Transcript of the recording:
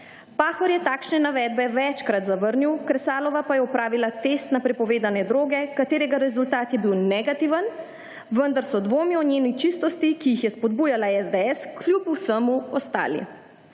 Pahor je takšne navedbe večkrat zavrnil, Kresalova pa je opravila test na prepovedane droge, katerega rezultat je bil negativen, vendar so dvomi o njeni čistosti, ki jih je spodbujala SDS, kljub vsemu ostali.